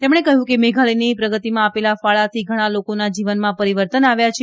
તેમણે કહયું કે મેઘાલયની પ્રગતિમાં આપેલા ફાળાથી ઘણા લોકોના જીવનમાં પરીવર્તન આવ્યા છે